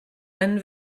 einen